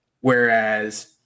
Whereas